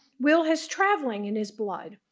will has traveling in his blood.